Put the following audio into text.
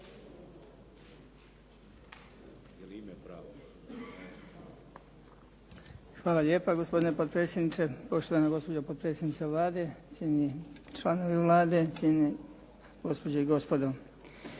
Hvala lijepa gospodine potpredsjedniče, poštovana gospođo potpredsjednice Vlade, cijenjeni članovi Vlade, cijenjeni gospođe i gospodo.